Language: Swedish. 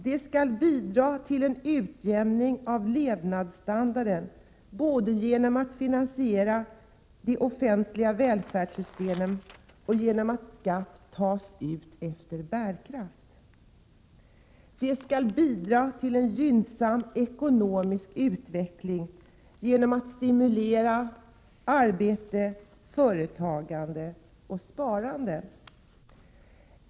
Det skall bidra till en utjämning av levnadsstandarden både genom att finansiera det offentliga välfärdssystemet och genom att skatt tas ut efter bärkraft. Det skall bidra till en gynnsam ekonomisk utveckling genom att stimulera arbete, företagande och sparande.